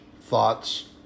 thoughts